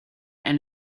and